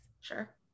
sure